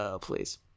please